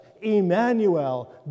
Emmanuel